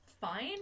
fine